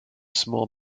small